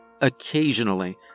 Occasionally